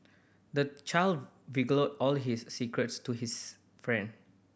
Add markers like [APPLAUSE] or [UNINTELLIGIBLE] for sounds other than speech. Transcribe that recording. the child [UNINTELLIGIBLE] all his secrets to his friend